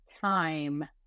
time